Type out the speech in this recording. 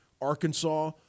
Arkansas